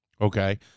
Okay